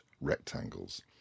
rectangles